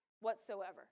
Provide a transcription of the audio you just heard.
whatsoever